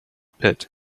pit